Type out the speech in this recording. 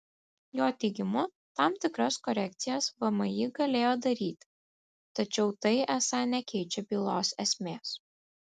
jo teigimu tam tikras korekcijas vmi galėjo daryti tačiau tai esą nekeičia bylos esmės